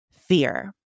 fear